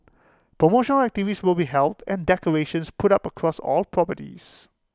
promotional activities will be held and decorations put up across all properties